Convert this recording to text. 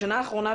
בשנה האחרונה,